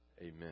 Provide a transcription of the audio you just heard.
Amen